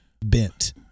bent